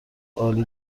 عالی